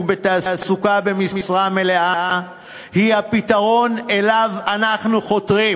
בתעסוקה במשרה מלאה הוא הפתרון שאליו אנחנו חותרים,